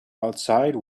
outside